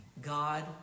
God